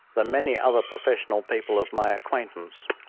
than many other professional people of my acquaintance.